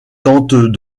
tente